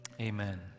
Amen